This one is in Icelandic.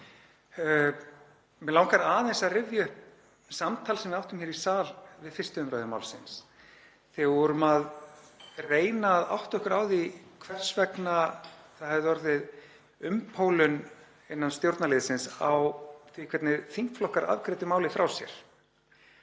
Mig langar aðeins að rifja upp samtal sem við áttum hér í sal við 1. umr. málsins þegar við vorum að reyna að átta okkur á því hvers vegna það hefði orðið umpólun innan stjórnarliðsins á því hvernig þingflokkar afgreiddu málið frá sér.